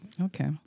okay